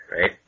right